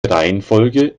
reihenfolge